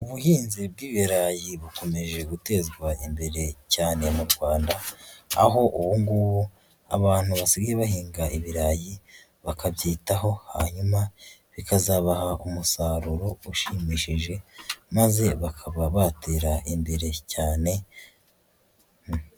Ubuhinzi bw'ibirayi bukomeje gutezwa imbere cyane mu Rwanda, aho ubu ngubu abantu basigaye bahinga ibirayi, bakabyitaho, hanyuma bikazabaha umusaruro ushimishije maze bakaba batera imbere cyane.